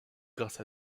grâce